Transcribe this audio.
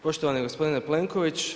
Poštovani gospodine Plenković.